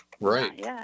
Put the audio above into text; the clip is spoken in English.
Right